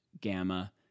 Gamma